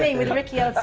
i mean with ricky ah